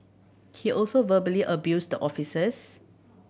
he also verbally abused the officers